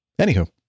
anywho